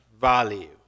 value